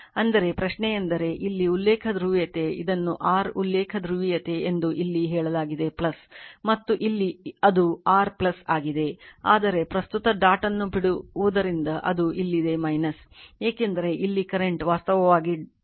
ಆದರೆ ಪ್ರಶ್ನೆಯೆಂದರೆ ಇಲ್ಲಿ ಉಲ್ಲೇಖ ಧ್ರುವೀಯತೆ ಇದನ್ನು r ಉಲ್ಲೇಖ ಧ್ರುವೀಯತೆ ಎಂದು ಇಲ್ಲಿ ಹೇಳಲಾಗಿದೆ ಮತ್ತು ಇಲ್ಲಿ ಅದು r ಆಗಿದೆ ಆದರೆ ಪ್ರಸ್ತುತ ಡಾಟ್ ಅನ್ನು ಬಿಡುವುದರಿಂದ ಅದು ಇಲ್ಲಿದೆ ಏಕೆಂದರೆ ಇಲ್ಲಿ ಕರೆಂಟ್ ವಾಸ್ತವವಾಗಿ ಡಾಟ್ ಅನ್ನು ಬಿಡುವುದು